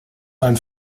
ein